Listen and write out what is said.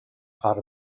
part